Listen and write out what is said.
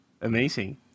amazing